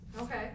Okay